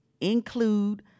include